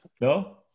No